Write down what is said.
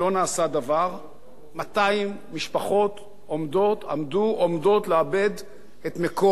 200 משפחות עומדות לאבד את מקור הפרנסה שלהן.